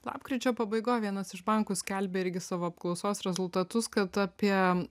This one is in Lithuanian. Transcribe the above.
lapkričio pabaigoj vienas iš bankų skelbė irgi savo apklausos rezultatus kad apie